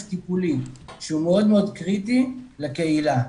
טיפולי שהוא מאוד מאוד קריטי לקהילה.